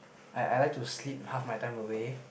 I I like to sleep half my time away